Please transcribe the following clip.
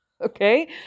Okay